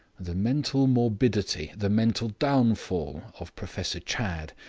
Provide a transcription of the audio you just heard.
the mental morbidity, the mental downfall, of professor chadd,